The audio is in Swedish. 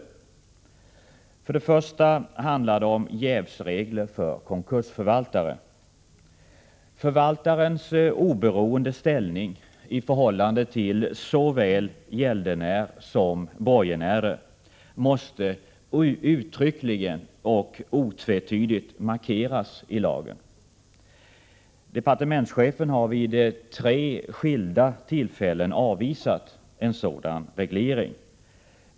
Till att börja med handlar det om jävsregler för konkursförvaltare. Förvaltarens oberoende ställning i förhållande till såväl gäldenär som borgenärer måste uttryckligen och otvetydigt markeras i lagen. Departementschefen har vid tre skilda tillfällen avvisat en sådan reglering.